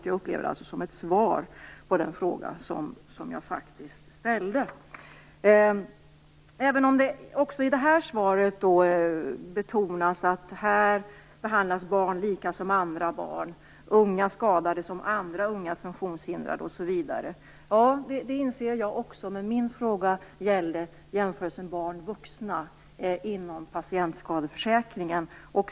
Jag upplever det som ett svar på den fråga jag faktiskt ställde. I detta svar betonas att barn behandlas som andra barn och unga skadade som andra unga funktionshindrade osv. Jag inser detta, men min fråga gällde jämförelsen mellan barn och vuxna inom patientskadeförsäkringen.